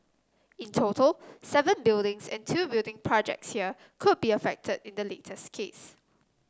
in total seven buildings and two building projects here could be affect in the latest case